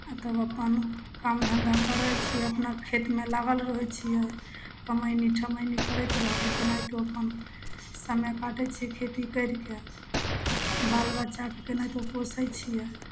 तब अपन काम धंधा करै छियै अपना खेतमे लागल रहै छियै कमेनी ठमेनी करैत रहली केनहैतो अपन समय काटै छियै खेती करिके बाल बच्चाके केनाहेतो पोसै छियै